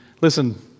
listen